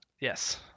yes